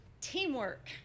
teamwork